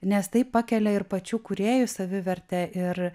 nes tai pakelia ir pačių kūrėjų savivertę ir